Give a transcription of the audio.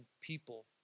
people